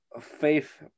faith